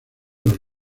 los